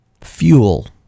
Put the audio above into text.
Fuel